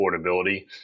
affordability